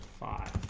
five